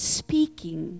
speaking